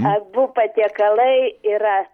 abu patiekalai yra